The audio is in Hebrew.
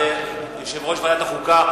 יושב-ראש ועדת החוקה,